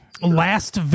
last